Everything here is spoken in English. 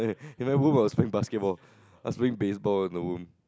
you know who was playing basketball I was playing baseball in the room